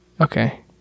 Okay